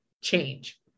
change